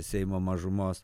seimo mažumos